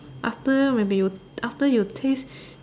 after maybe you after you taste